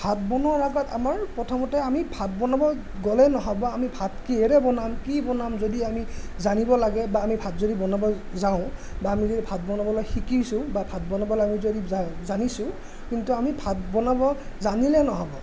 ভাত বনোৱাৰ আগত আমাৰ প্ৰথমতে আমি ভাত বনাব গ'লে নহ'ব আমি ভাত কিহেৰে বনাম কি বনাম যদি আমি জানিব লাগে বা আমি ভাত যদি বনাব যাওঁ বা আমি যদি ভাত বনাবলৈ শিকিছোঁ বা ভাত বনাবলৈ আমি যদি জা জানিছোঁ কিন্তু আমি ভাত বনাব জানিলে নহ'ব